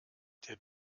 der